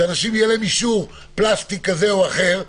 שלאנשים יהיה אישור פלסטיק כזה או אחר,